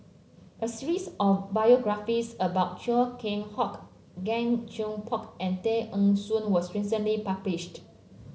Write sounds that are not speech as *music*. *noise* a series of biographies about Chia Keng Hock Gan Thiam Poke and Tay Eng Soon was recently published